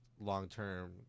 long-term